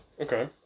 Okay